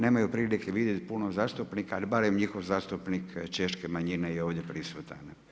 Nemaju prilike vidjeti puno zastupnika, ali barem njihov zastupnik češke manjine je ovdje prisutan.